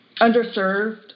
underserved